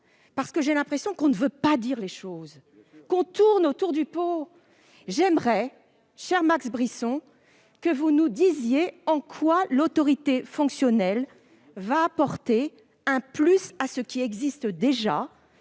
parce que j'ai l'impression que, dans ce débat, on ne veut pas dire les choses et que l'on tourne autour du pot. J'aimerais, cher Max Brisson, que vous nous disiez en quoi l'autorité fonctionnelle va apporter un plus à ce qui existe déjà